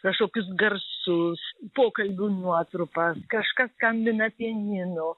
kažkokius garsus pokalbių nuotrupas kažkas skambina pianinu